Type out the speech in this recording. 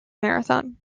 marathon